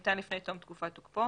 שניתן לפני תום תקופת תוקפו.